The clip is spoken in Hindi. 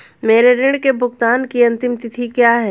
मेरे ऋण के भुगतान की अंतिम तिथि क्या है?